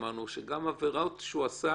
אמרנו שגם עבירות שהוא עשה